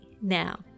now